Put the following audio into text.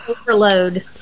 overload